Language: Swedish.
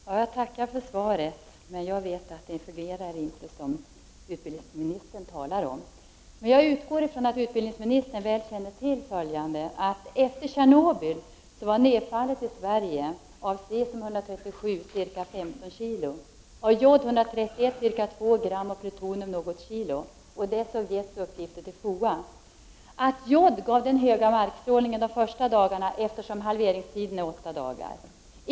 Herr talman! Jag tackar för svaret. Jag vet att det inte fungerar som utbildningsministern säger. Jag utgår ifrån att utbildningsministern väl känner till att nedfallet i Sverige efter Tjernobylolyckan av cesium 137 var ca 1,5 kg, av jod 131 ca 2 gram och av plutonium något kilo. Det är Sovjets uppgifter till FOA. Jod gav den höga markstrålningen de första dagarna, eftersom halveringstiden för det är åtta dagar.